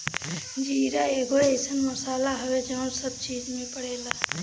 जीरा एगो अइसन मसाला हवे जवन सब चीज में पड़ेला